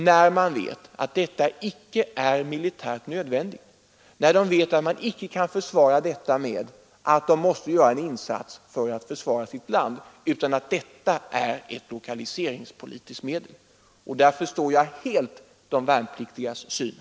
När det icke är militärt nödvändigt, när de värnpliktiga vet att man icke kan försvara detta med att de måste göra en insats för att försvara sitt land utan att det är ett lokaliseringspolitiskt medel, förstår jag helt de värnpliktigas inställning.